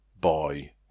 boy